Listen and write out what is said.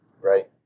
right